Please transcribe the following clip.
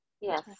Yes